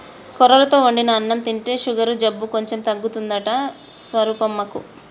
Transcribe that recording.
కొర్రలతో వండిన అన్నం తింటే షుగరు జబ్బు కొంచెం తగ్గిందంట స్వరూపమ్మకు